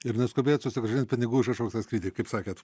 ir neskubėt susigrąžint pinigų už atšauktą skrydį kaip sakėt